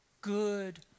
good